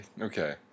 Okay